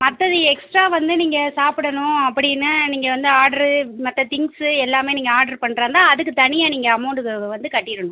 மற்றது எக்ஸ்ட்ரா வந்து நீங்கள் சாப்பிடணும் அப்படின்னால் நீங்கள் வந்து ஆட்ரு மற்ற திங்க்ஸு எல்லாமே நீங்கள் ஆட்ரு பண்ணுறாந்தா அதுக்கு தனியாக நீங்கள் அமௌண்ட்டு வந்து கட்டிவிடணும்